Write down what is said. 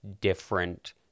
different